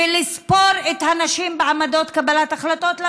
ולספור את הנשים בעמדות קבלת החלטות,